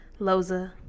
Loza